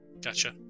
Gotcha